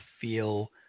feel